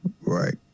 Right